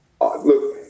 Look